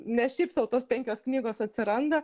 ne šiaip sau tos penkios knygos atsiranda